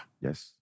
Yes